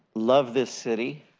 love this city.